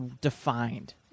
defined